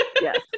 Yes